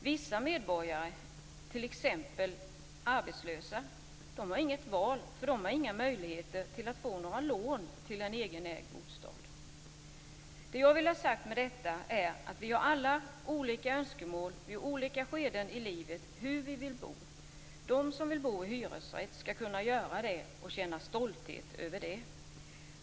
Vissa medborgare, t.ex. arbetslösa, har inget val, för de har inga möjligheter att få lån till en egen ägd bostad. Vi har alla olika önskemål i olika skeden av livet om hur vi vill bo. De som vill bo i hyresrätt skall kunna göra det och känna stolthet över det.